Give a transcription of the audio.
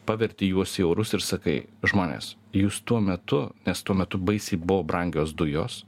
paverti juos į eurus ir sakai žmonės jūs tuo metu nes tuo metu baisiai buvo brangios dujos